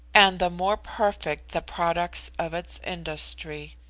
and the more perfect the products of its industry.